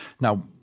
Now